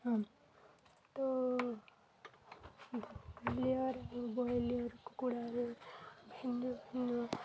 ହଁ ତ ଭଲିର ବୋଇଲିର କୁକୁଡ଼ାରୁ ଭିଧୁ ଭିଧୁ